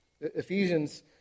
Ephesians